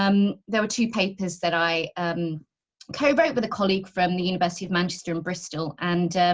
um there are two papers that i co-wrote with a colleague from the university of manchester and bristol and.